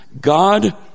God